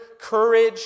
courage